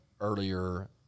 earlier